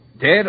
Dead